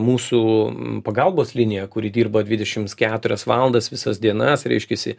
mūsų pagalbos linija kuri dirba dvidešimts keturias valandas visas dienas reiškiasi